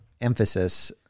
emphasis